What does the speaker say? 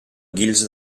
guils